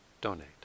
donate